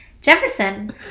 Jefferson